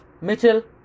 Mitchell